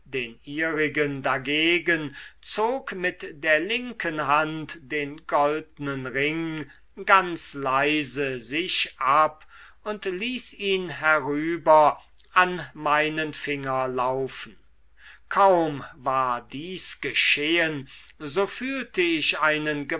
den ihrigen dagegen zog mit der linken hand den goldnen ring ganz leise sich ab und ließ ihn herüber an meinen finger laufen kaum war dies geschehen so fühlte ich einen